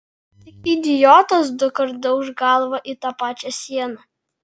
tik idiotas dukart dauš galvą į tą pačią sieną